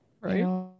Right